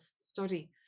study